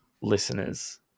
listeners